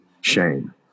shame